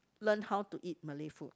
learn how to eat Malay food